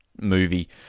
Movie